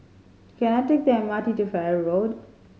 can I take the M R T to Farrer Road